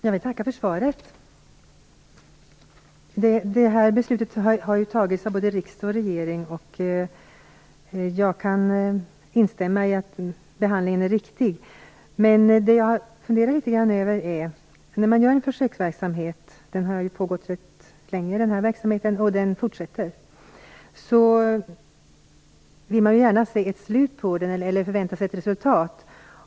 Herr talman! Jag tackar för svaret. Beslutet har fattats av både riksdag och regering. Jag kan instämma i att behandlingen är riktig. Men det är en sak som jag funderar litet grand över. Den här försöksverksamheten har ju pågått rätt länge och den skall fortsätta. Då förväntar man sig ett resultat.